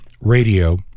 radio